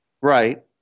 Right